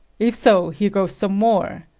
if so, here goes some more!